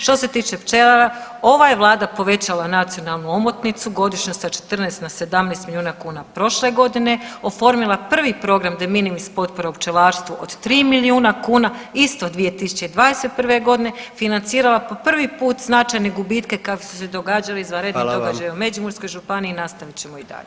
Što se tiče pčelara ova je Vlada povećala nacionalnu omotnicu godišnju sa 14 na 17 milijuna kuna prošle godine, oformila prvi program De minimis potpora u pčelarstvu od 3 milijuna kuna, isto 2021.g. financirala po prvi put značajne gubitke kakvi su se događali izvanredni [[Upadica predsjednik: Hvala vam.]] događaji u Međimurskoj županiji i nastavit ćemo i dalje.